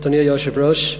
אדוני היושב-ראש,